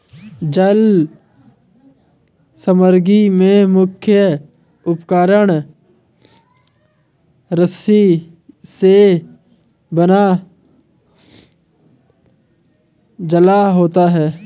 जल समग्री में मुख्य उपकरण रस्सी से बना जाल होता है